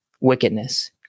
wickedness